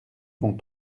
vont